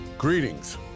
Greetings